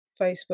facebook